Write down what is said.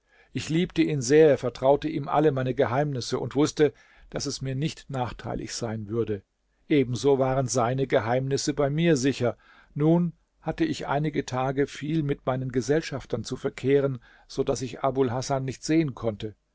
ich liebte ihn sehr vertraute ihm alle meine geheimnisse und wußte daß es mir nicht nachteilig sein würde ebenso waren seine geheimnisse bei mir sicher nun hatte ich einige tage viel mit meinen gesellschaftern zu verkehren so daß ich abul hasan nicht sehen konnte